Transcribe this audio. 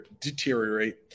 deteriorate